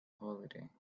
holiday